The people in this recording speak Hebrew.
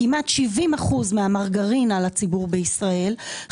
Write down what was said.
כמעט 70% מהמרגרינה לציבור בישראל,